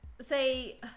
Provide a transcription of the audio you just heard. say